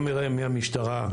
גם מהמשטרה,